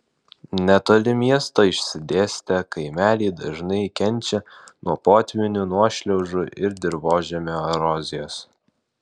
netoli miesto išsidėstę kaimeliai dažnai kenčia nuo potvynių nuošliaužų ir dirvožemio erozijos